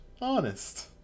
Honest